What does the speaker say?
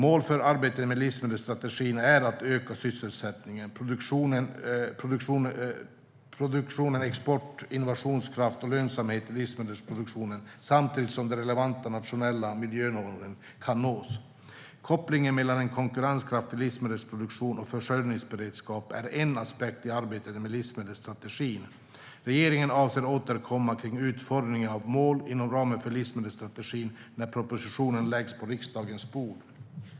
Mål för arbetet med en livsmedelsstrategi är att öka sysselsättningen, produktionen, exporten, innovationskraften och lönsamheten i livsmedelsproduktionen samtidigt som de relevanta nationella miljömålen nås. Kopplingen mellan en konkurrenskraftig livsmedelsproduktion och försörjningsberedskap är en aspekt i arbetet med livsmedelsstrategin. Regeringen avser att återkomma kring utformningen av mål inom ramen för livsmedelsstrategin när propositionen läggs på riksdagens bord. 4.